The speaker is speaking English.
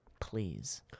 please